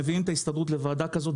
מביאים את ההסתדרות לוועדה כזו,